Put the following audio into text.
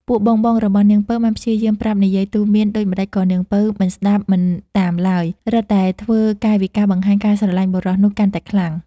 ពួកបងៗរបស់នាងពៅបានព្យាយាមប្រាប់និយាយទូន្មានដូចម្ដេចក៏នាងពៅមិនស្ដាប់មិនតាមឡើយ រឹតតែធ្វើកាយវិការបង្ហាញការស្រឡាញ់បុរសនោះកាន់តែខ្លាំង។